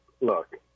Look